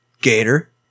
Gator